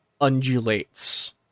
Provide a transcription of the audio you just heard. undulates